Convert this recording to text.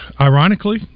Ironically